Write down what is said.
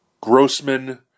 Grossman